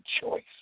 choice